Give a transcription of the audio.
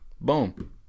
Boom